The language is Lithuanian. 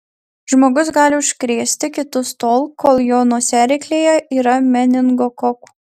žmogus gali užkrėsti kitus tol kol jo nosiaryklėje yra meningokokų